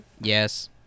Yes